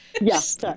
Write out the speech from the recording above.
Yes